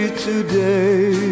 today